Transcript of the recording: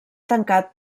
tancat